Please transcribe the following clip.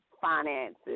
finances